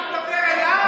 אתה מדבר אליי,